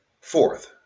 Fourth